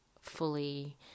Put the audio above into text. fully